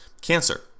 cancer